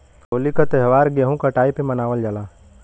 होली क त्यौहार गेंहू कटाई पे मनावल जाला